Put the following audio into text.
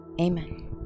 Amen